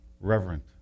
reverent